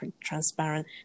transparent